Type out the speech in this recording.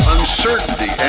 Uncertainty